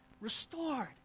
restored